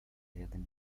jedni